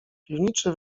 piwniczy